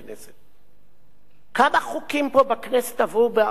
כמה חוקים עברו פה בכנסת באחרונה ברוב של 65?